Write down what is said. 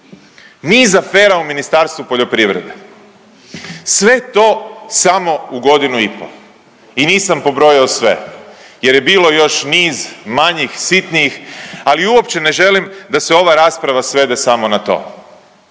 Niz afera u Ministarstvu poljoprivrede. Sve to samo u godinu i pol i nisam pobrojao sve, jer je bilo još niz manjih, sitnih ali uopće ne želim da se ova rasprava svede samo na to.